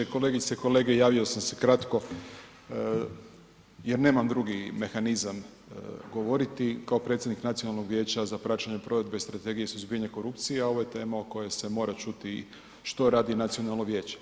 Kolegice i kolege, javio sam se kratko jer nemam drugi mehanizam govoriti kao predsjednik Nacionalnog vijeća za praćenje provedbe strategije za suzbijanje korupcije, a ovo je tema o kojoj se mora čuti što radi nacionalno vijeće.